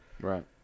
Right